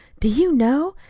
do you know?